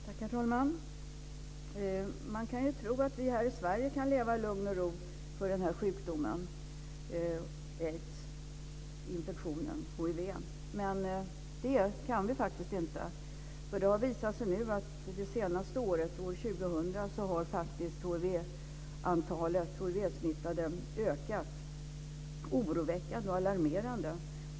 Herr talman! Man kan tro att vi här i Sverige kan leva i lugn och ro för sjukdomen aids och infektionen hiv. Men det kan vi faktiskt inte. Det har nämligen visat sig att under det senaste året, 2000, så har antalet hivsmittade ökat oroväckande och alarmerande.